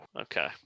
Okay